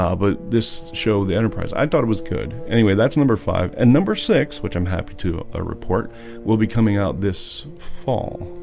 ah but this show the enterprise. i thought it was good anyway that's number five and number six which i'm happy to a report will be coming out this fall